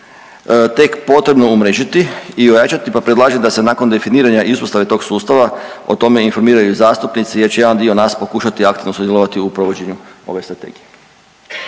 tek potrebno umrežiti i ojačati pa predlažem da se nakon definiranja ispostave tog sustava o tome informiraju zastupnici jer će jedan dio nas pokušati aktivno sudjelovati u provođenju ove strategije.